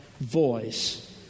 voice